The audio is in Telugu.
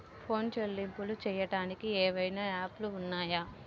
ఫోన్ చెల్లింపులు చెయ్యటానికి ఏవైనా యాప్లు ఉన్నాయా?